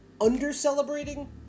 Under-celebrating